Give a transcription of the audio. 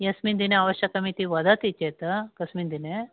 यस्मिन् दिने आवश्यकमिति वदति चेत् कस्मिन् दिने